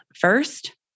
first